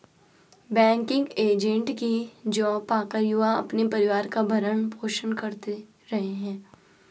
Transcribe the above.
banking agent की job पाकर युवा अपने परिवार का भरण पोषण कर रहे है